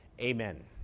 Amen